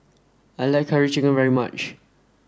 I like curry chicken very much